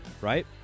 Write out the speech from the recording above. right